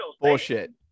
Bullshit